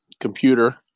computer